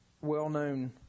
well-known